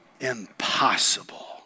impossible